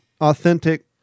authentic